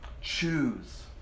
choose